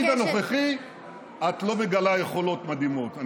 אבל בתפקיד הנוכחי את לא מגלה יכולות מדהימות.